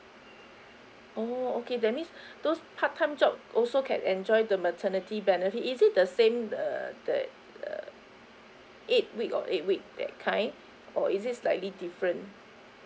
oh okay that means those part time job also can enjoy the maternity benefit is it the same uh that uh eight week or eight week that kind or is it slightly different